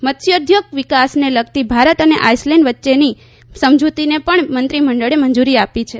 મત્સ્યોદ્યોગ વિકાસને લગતી ભારત અને આઇસલેન્ડ વચ્ચેની સમજૂતીને પણ મંત્રીમંડળે મંજૂરી આપી છે